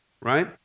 Right